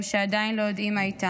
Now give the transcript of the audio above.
עדיין לא יודעים מה איתם.